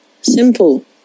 Simple